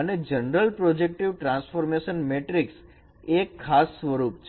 અને general projective transformation matrix એ એક ખાસ સ્વરૂપ છે